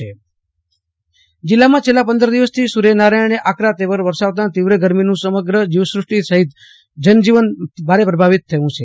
આશુતોષ અંતાણી હ્વામાન જીલ્લામાં છેલ્લા પંદર દિવસથી સૂર્યનારાયણ આકરા તેવર વરસાવતાં તીવ્ર ગરમીથી સમગ્ર જીવસૃષ્ટી સહીત જનજીવન ભારે પ્રભાવિત થયું છે